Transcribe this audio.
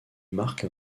marque